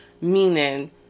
meaning